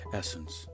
essence